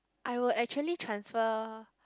I will actually transfer